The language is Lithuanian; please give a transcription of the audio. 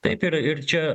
taip ir ir čia